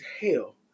hell